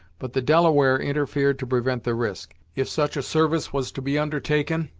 but the delaware interfered to prevent the risk. if such a service was to be undertaken,